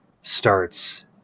starts